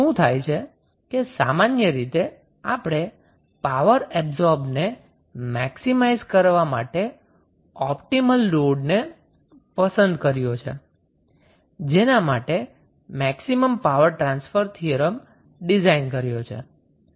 શુ થાય છે કે સમાન્ય રીતે આપણે પાવર એબ્સોર્બને મેક્સિમાઈઝ કરવા માટે ઓપ્ટિમલ લોડને પસંદ કર્યો છે જેના માટે maximum power transfer theorem design કર્યો છે